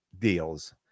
deals